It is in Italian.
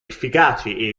efficaci